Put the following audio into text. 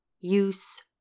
use